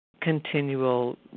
continual